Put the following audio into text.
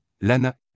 Lana